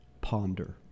ponder